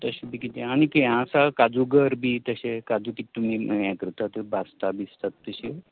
तशें बी कितें आनी हें आसा काजू गर बी तशें काजू बी तुमी हें करतात भाजता भिजता तशें